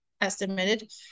estimated